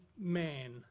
man